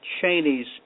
Cheney's